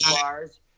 bars